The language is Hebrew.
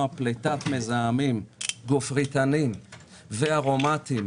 פליטת מזהמים גופריתניים וארומטים,